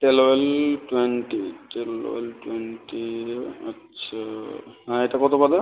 টেলোয়েল twenty twelve twenty আচ্ছা হ্যাঁ এটা কত পাতা